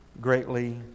greatly